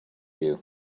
you